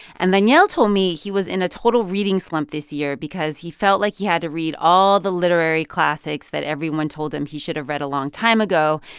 and daniel told me he was in a total reading slump this year because he felt like he had to read all the literary classics that everyone told him he should have read a long time ago.